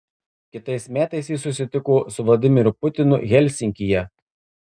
kitais metais ji susitiko su vladimiru putinu helsinkyje